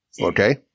Okay